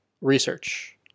research